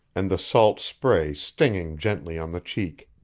and the salt spray stinging gently on the cheek.